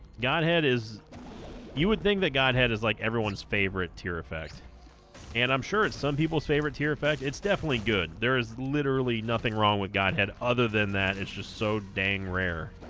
godhead is you would think that godhead is like everyone's favorite tear effect and i'm sure it's some people's favorite tear effect it's definitely good there is literally nothing wrong with god had other than that it's just so dang rare